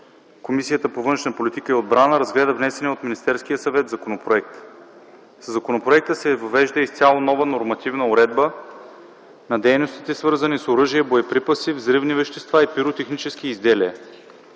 Комисията по външна политика и отбрана разгледа внесения от Министерския съвет законопроект. Със законопроекта се въвежда изцяло нова нормативна уредба на дейностите, свързани с оръжия, боеприпаси, взривни вещества и пиротехнически изделия.